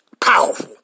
Powerful